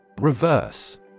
Reverse